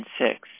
six